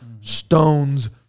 Stones